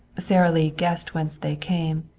sara lee guessed whence they came,